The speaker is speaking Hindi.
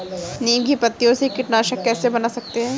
नीम की पत्तियों से कीटनाशक कैसे बना सकते हैं?